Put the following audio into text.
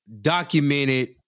documented